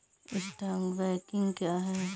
Stock broking क्या है?